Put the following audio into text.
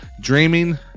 dreaming